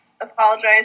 apologize